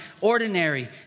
ordinary